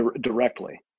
directly